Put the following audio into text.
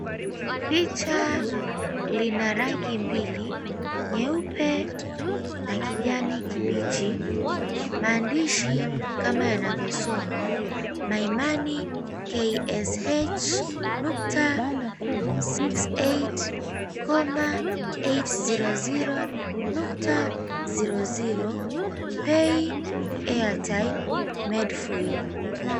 Picha lina rangi mbili, nyeupe na kijani kibichi. Maandishi kama yanavyosomwa, My Money Ksh. 68, 800.00 Pay Airtime, Made for you.